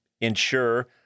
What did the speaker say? ensure